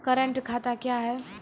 Current खाता क्या हैं?